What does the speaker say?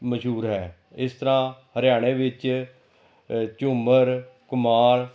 ਮਸ਼ਹੂਰ ਹੈ ਇਸ ਤਰ੍ਹਾਂ ਹਰਿਆਣੇ ਵਿੱਚ ਝੂਮਰ ਘੁਮਾਰ